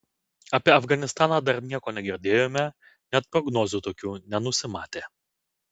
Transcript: apie afganistaną dar nieko negirdėjome net prognozių tokių nenusimatė